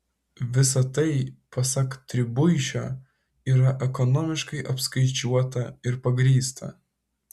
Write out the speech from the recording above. visa tai pasak tribuišio yra ekonomiškai apskaičiuota ir pagrįsta